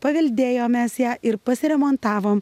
paveldėjom mes ją ir pasiremontavom